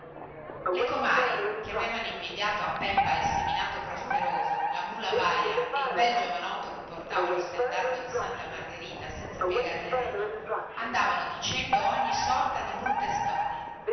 le comari che avevano invidiato a peppa il seminato prosperoso la mula baia e il bel giovanotto che portava lo standardo di santa margherita senza piegar le reni andavano dicendo ogni sorta di brutte storie